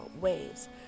waves